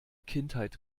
kindheit